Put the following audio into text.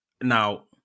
Now